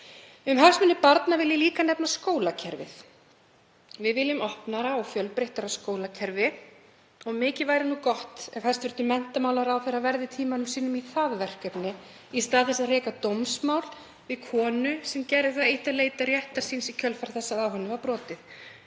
og ungmenna vil ég líka nefna skólakerfið. Við viljum opnara og fjölbreyttara skólakerfi. Og mikið væri nú gott ef menntamálaráðherra verði tíma sínum í það verkefni í stað þess að reka dómsmál við konu sem gerði það eitt að leita réttar síns í kjölfar þess að á honum var brotið.